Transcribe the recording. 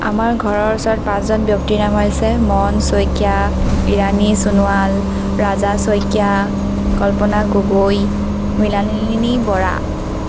আমাৰ ঘৰৰ ওচৰত পাঁচজন ব্যক্তিৰ নাম হৈছে মন শইকীয়া ৰাণী চোনোৱাল ৰাজা শইকীয়া কল্পনা গগৈ মৃনালিনি বৰা